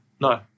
no